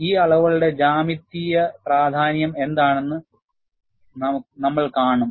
ഈ അളവുകളുടെ ജ്യാമിതീയ പ്രാതിനിധ്യം എന്താണ് എന്നും നമ്മൾ കാണും